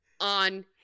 on